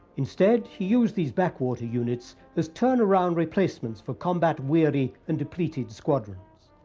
instead, he used these backwater units as turnaround replacements for combat weary and depleted squadrons.